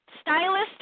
Stylist